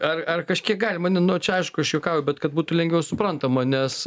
ar ar kažkiek galima ne nu čia aišku aš juokauju bet kad būtų lengviau suprantama nes